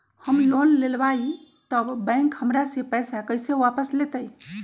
हम लोन लेलेबाई तब बैंक हमरा से पैसा कइसे वापिस लेतई?